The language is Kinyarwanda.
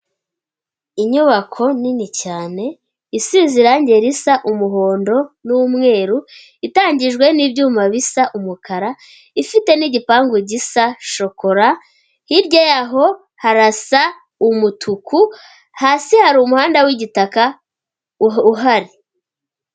Inyubako nini cyane isize irangi risa umuhondo n'umweru, itangijwe nibyuma bisa umukara, ifite n'igipangu gisa shokora, hirya yaho harasa umutuku, hasi hari umuhanda w'igitaka uhari.